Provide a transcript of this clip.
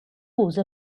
usa